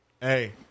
Hey